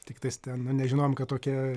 tiktais ten nu nežinojom kad tokie